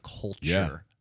culture